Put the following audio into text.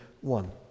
one